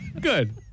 Good